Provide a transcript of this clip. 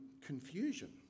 confusion